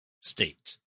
state